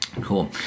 Cool